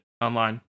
online